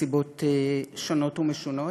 מסיבות שונות ומשונות.